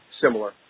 similar